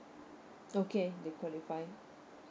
okay they qualify